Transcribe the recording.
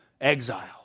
exile